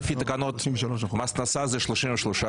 סלולר ומחשבים לפי תקנות מס הכנסה זה 33%,